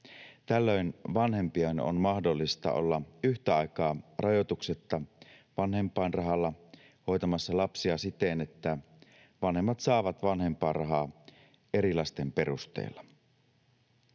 Tällöin vanhempien on mahdollista olla yhtä aikaa rajoituksetta vanhempainrahalla hoitamassa lapsia siten, että vanhemmat saavat vanhempainrahaa eri lasten perusteella.